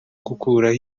gukuraho